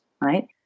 right